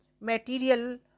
material